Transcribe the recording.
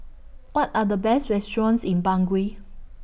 What Are The Best restaurants in Bangui